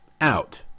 out